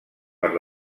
per